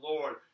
Lord